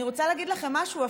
אני רוצה להגיד לכם משהו,